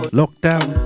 lockdown